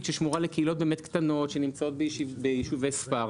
ששמורה לקהילות קטנות שנמצאות ביישובי ספר.